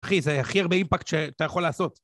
אחי, זה הכי הרבה אימפקט שאתה יכול לעשות.